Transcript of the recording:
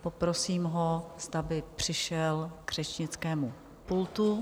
Poprosím ho, zda by přišel k řečnickému pultu.